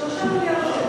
3 מיליארד שקל.